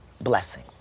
blessing